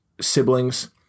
siblings